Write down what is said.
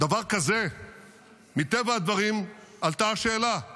לאור הדברים הקשים הללו --- חבר הכנסת שטרן,